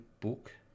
book